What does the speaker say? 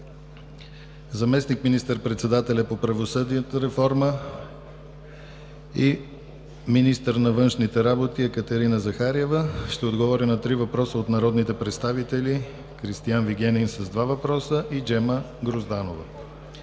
Заместник министър-председателят по правосъдната реформа и министър на външните работи Екатерина Захариева ще отговори на 3 въпроса от народните представители Кристиан Вигенин (2 въпроса) и Джема Грозданова.